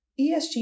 ESG